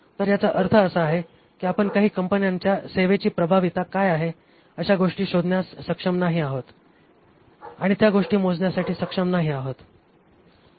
तर याचा अर्थ असा आहे की आपण काही इतर कंपन्यांच्या सेवेची प्रभावीता काय आहे अशा गोष्टी शोधण्यास सक्षम नाही आहोत आणि त्या गोष्टी मोजण्यासाठी सक्षम नाही आहोत